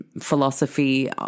philosophy